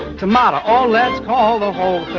tomato. oh, let's call the whole